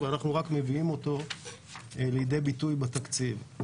ואנחנו רק מביאים אותו לידי ביטוי בתקציב.